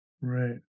right